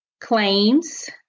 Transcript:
claims